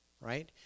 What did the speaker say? right